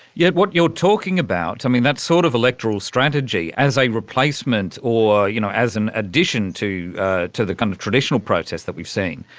yet what you're talking about, that sort of electoral strategy as a replacement or you know as an addition to to the kind of traditional protest that we've seen,